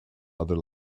other